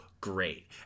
Great